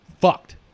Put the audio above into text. fucked